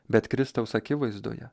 bet kristaus akivaizdoje